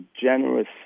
generous